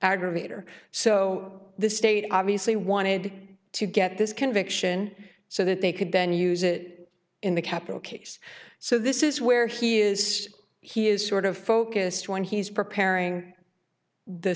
aggravator so the state obviously wanted to get this conviction so that they could then use it in a capital case so this is where he is he is sort of focused when he's preparing the